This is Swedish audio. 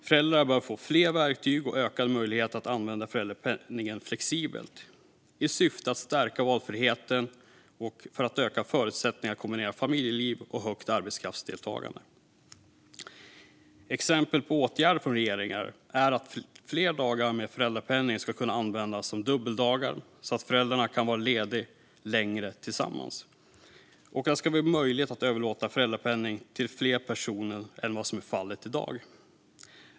Föräldrar bör få fler verktyg och ökade möjligheter att använda föräldrapenningen flexibelt i syfte att stärka valfriheten och för att öka förutsättningarna att kombinera familjeliv och högt arbetskraftsdeltagande. Exempel på åtgärder från regeringen är att fler dagar med föräldrapenning ska kunna användas som dubbeldagar, så att föräldrarna kan vara lediga längre tillsammans, och att det blir möjligt att överlåta föräldrapenning till fler personer än vad som är fallet i dag.